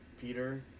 Peter